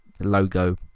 logo